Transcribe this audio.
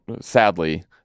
sadly